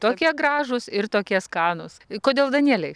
tokie gražūs ir tokie skanūs kodėl danieliai